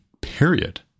period